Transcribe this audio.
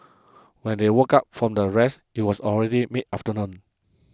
when they woke up from the rest it was already mid afternoon